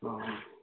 অঁ